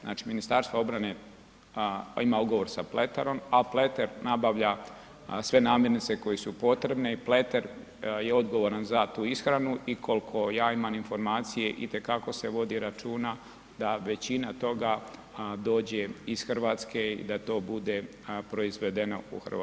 Znači, Ministarstvo obrane ima ugovor sa Pleterom, a Pleter nabavlja sve namirnice koje su potrebne i Pleter je odgovoran za tu ishranu i koliko ja imam informacije i te kako se vodi računa da većina toga dođe iz Hrvatske i da to bude proizvedeno u Hrvatskoj.